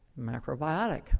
macrobiotic